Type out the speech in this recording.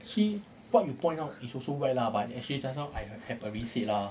actually what you point out it's also right lah but actually just now I have already said lah